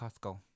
Costco